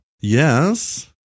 Yes